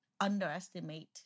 underestimate